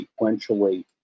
sequentially